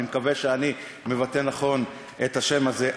אני מקווה שאני מבטא נכון את השם הזה.